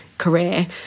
career